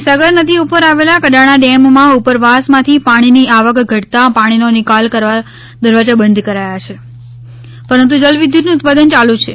મહીસાગર નદી ઉપર આવેલા કડાણા ડેમમાં ઉપરવાસમાથી પાણીની આવક ઘટતા પાણીનો નિકાલ કરતાં દરવાજા બંધ કરાયા છે પરંતુ જલવિદ્યુતનું ઉત્પાદન યાલુ છે